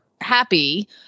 happy